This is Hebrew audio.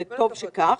וטוב שכך.